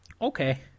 Okay